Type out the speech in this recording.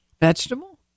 Vegetable